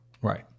Right